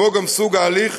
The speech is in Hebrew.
כמו גם סוג ההליך,